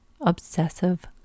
obsessive